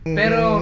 pero